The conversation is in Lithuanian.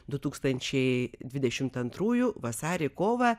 du tūkstančiai dvidešimt antrųjų vasarį kovą